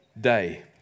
day